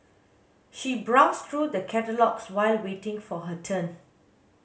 she browsed through the catalogues while waiting for her turn